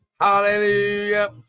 Hallelujah